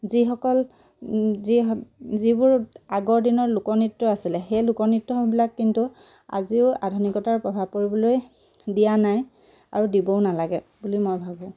যিসকল যি যিবোৰ আগৰ দিনৰ লোকনৃত্য আছিলে সেই লোকনৃত্যবিলাক কিন্তু আজিও আধুনিকতাৰ প্ৰভাৱ পৰিবলৈ দিয়া নাই আৰু দিবও নালাগে বুলি মই ভাবোঁ